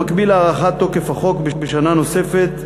במקביל להארכת תוקף החוק בשנה נוספת,